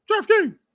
DraftKings